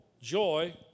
joy